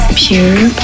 pure